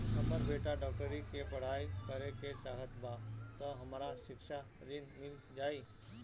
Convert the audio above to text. हमर बेटा डाक्टरी के पढ़ाई करेके चाहत बा त हमरा शिक्षा ऋण मिल जाई?